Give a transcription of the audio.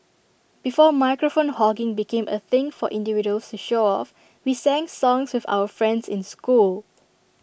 before microphone hogging became A thing for individuals to show off we sang songs with our friends in school